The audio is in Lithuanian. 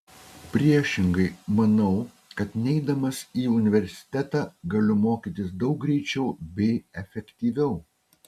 priešingai manau kad neidamas į universitetą galiu mokytis daug greičiau bei efektyviau